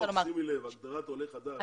שימי לב שבכל חוק הגדרת עולה חדש,